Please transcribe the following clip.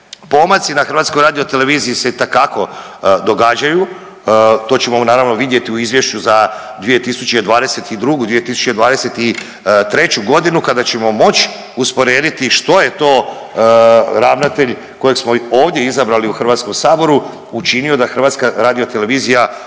pomaci na HRT-u se itekako događaju, to ćemo naravno vidjeti u izvješću za 2022.-2023.g. kada ćemo moć usporediti što je to ravnatelj kojeg smo ovdje izabrali u HS učinio da HRT bude naravno javni,